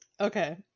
okay